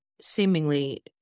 seemingly